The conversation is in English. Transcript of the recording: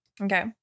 Okay